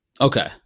Okay